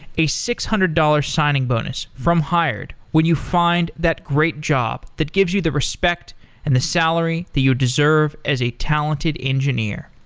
a six hundred dollars signing bonus from hired when you find that great job that gives you the respect and the salary that you deserve as a talented engineer.